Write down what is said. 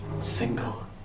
single